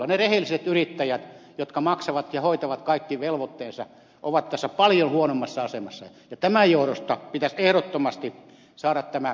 ne rehelliset yrittäjät jotka maksavat ja hoitavat kaikki velvoitteensa ovat tässä paljon huonommassa asemassa ja tämän johdosta pitäisi ehdottomasti saada tämä tukittua